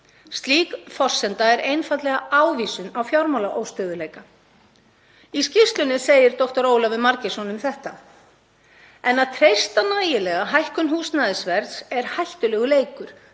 Slík forsenda er einfaldlega ávísun á fjármálaóstöðugleika. Í skýrslunni segir dr. Ólafur Margeirsson um þetta: „En að treysta nægilega hækkun húsnæðisverðs er hættulegur leikur